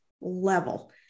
level